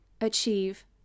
achieve